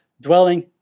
dwelling